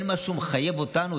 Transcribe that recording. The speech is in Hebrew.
אין משהו שמחייב אותנו.